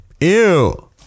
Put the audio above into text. ew